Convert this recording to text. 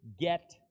get